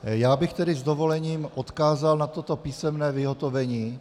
Já bych tedy s dovolením odkázal na toto písemné vyhotovení.